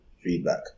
feedback